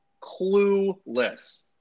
clueless